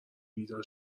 بیدار